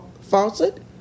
faucet